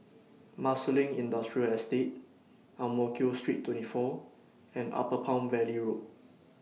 Marsiling Industrial Estate Ang Mo Kio Street twenty four and Upper Palm Valley Road